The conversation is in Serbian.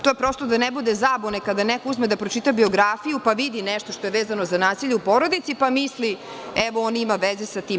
To prosto da ne bude zabune, kada neko uzme da pročita biografiju, pa vidi nešto što je vezano za nasilje u porodici, pa misli – evo, on ima veze sa tim.